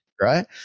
right